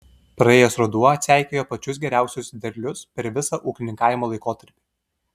praėjęs ruduo atseikėjo pačius geriausius derlius per visą ūkininkavimo laikotarpį